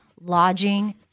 lodging